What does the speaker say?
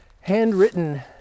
handwritten